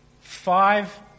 Five